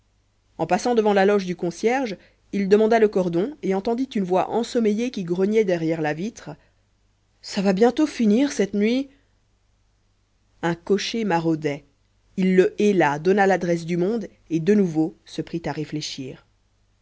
en passant devant la loge du concierge il demanda le cordon et entendit une voix ensommeillée qui grognait derrière la vitre ça va bientôt finir cette nuit un cocher maraudait il le héla donna l'adresse du monde et de nouveau se prit à réfléchir